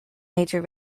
major